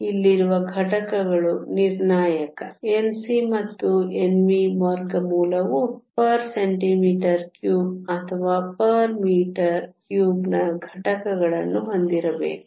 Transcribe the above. ಇಲ್ಲಿರುವ ಘಟಕಗಳು ನಿರ್ಣಾಯಕ Nc ಮತ್ತು Nv ವರ್ಗಮೂಲವು cm 3 ಅಥವಾ m 3 ನ ಘಟಕಗಳನ್ನು ಹೊಂದಿರಬೇಕು